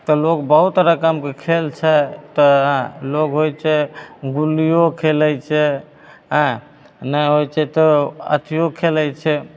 तऽ लोक बहुत रकमके खेल छै तऽ हेँ लोक ओहिसे गुल्लिओ खेलै छै हेँ नहि होइ छै तऽ अथिओ खेलै छै